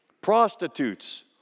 prostitutes